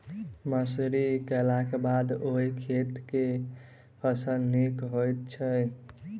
मसूरी केलाक बाद ओई खेत मे केँ फसल नीक होइत छै?